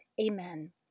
Amen